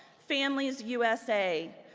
families usa,